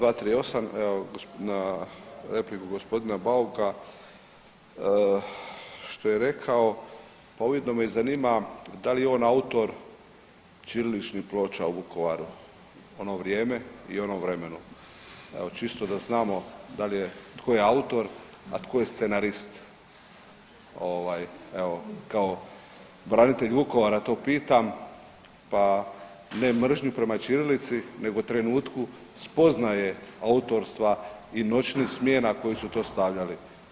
238., evo na repliku gospodina Bauka što je rekao, a ujedno me i zanima da li je on autor ćiriličnih ploča u Vukovaru u ono vrijeme i u onom vremenu, evo čisto da znamo dal je, tko je autor, a tko je scenarist, ovaj evo kao branitelj Vukovara to pitam pa ne mržnju prema ćirilici nego trenutku spoznaje autorstva i noćnih smjena koji su to stavljali.